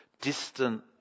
distant